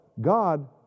God